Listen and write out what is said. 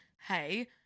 Hey